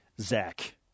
Zach